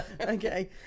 okay